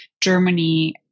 Germany